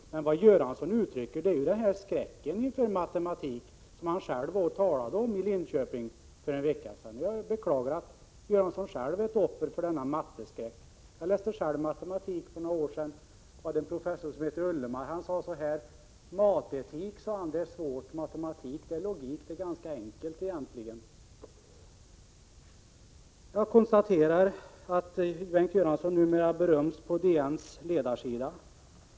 Bengt Göransson uttrycker egentligen den skräck inför matematik som han själv talade om i Linköping för en vecka sedan. Jag beklagar att Göransson själv är ett offer för denna matematikskräck. Jag läste själv matematik för några år sedan. Jag hade då en professor som hette Ullemar. Han sade: ”Matetik”, det är svårt. Matematik, det är logik. Det är egentligen ganska enkelt. Jag konstaterar att Bengt Göransson numera beröms på DN:s ledarsida.